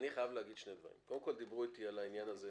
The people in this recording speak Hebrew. אני חייב להגיד שני דברים דיברו אתי בעניין הזה.